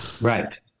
Right